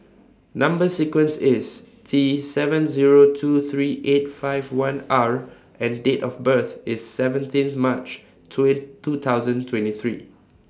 Number sequence IS T seven Zero two three eight five one R and Date of birth IS seventeen March two thousand twenty three